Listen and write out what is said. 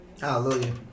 Hallelujah